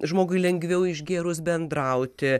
žmogui lengviau išgėrus bendrauti